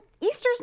Easter's